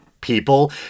people